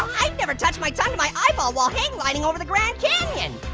i've never touched my tongue to my eyeball while hang-gliding over the grand canyon.